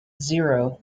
zero